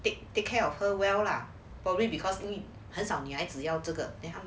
they take care of her well lah probably because 因为很少女孩子要这个